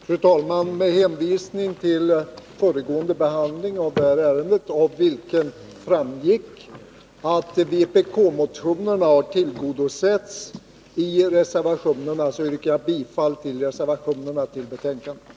Fru talman! Med hänvisning till föregående behandling av det här ärendet, av vilken framgick att vpk-motionerna hade tillgodosetts i reservationerna, yrkar jag bifall till reservationerna vid betänkandet.